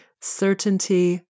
certainty